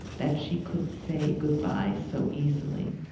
that she could say good-bye so easily!